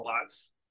lots